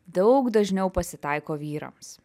daug dažniau pasitaiko vyrams